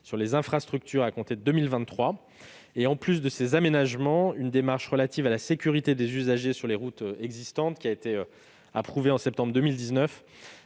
sur les infrastructures à compter de 2023. En plus de ces aménagements, une démarche relative à la sécurité des usagers sur les routes existantes, approuvée en septembre 2019,